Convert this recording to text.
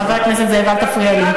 חבר הכנסת זאב, אל תפריע לי.